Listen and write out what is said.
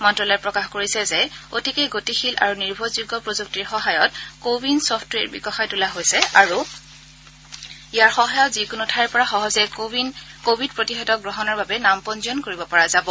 মন্ত্যালয়ে প্ৰকাশ কৰিছে যে অতিকে গতিশীল আৰু নিৰ্ভৰযোগ্য প্ৰযুক্তিৰ সহায়ত কোৱিন ছফটৱেৰ বিকশায় তোলা হৈছে আৰু ইয়াৰ সহায়ত যিকোনো ঠাইৰ পৰা সহজে কোৱিড প্ৰতিষেধক গ্ৰহণৰ বাবে নাম পঞ্জীয়ন কৰিব পৰা যায়